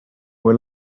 were